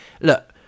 look